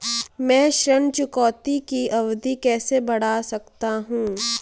मैं ऋण चुकौती की अवधि कैसे बढ़ा सकता हूं?